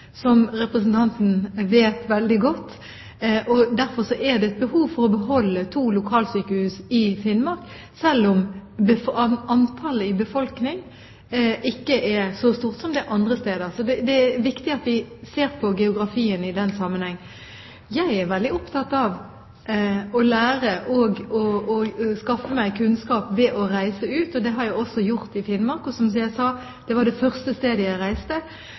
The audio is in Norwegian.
som representanten veldig godt vet. Derfor er det behov for å beholde to lokalsykehus i Finnmark, selv om befolkningsantallet ikke er så stort som andre steder. Så det er viktig at vi ser på geografien i den sammenheng. Jeg er veldig opptatt av å lære og å skaffe meg kunnskap ved å reise rundt. Det har jeg også gjort i Finnmark. Og som jeg sa, var Finnmark det første stedet jeg reiste